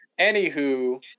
anywho